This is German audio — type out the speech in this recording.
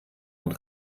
und